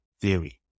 theory